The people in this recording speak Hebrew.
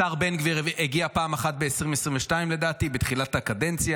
השר בן גביר הגיע פעם אחת ב-2022 בתחילת הקדנציה,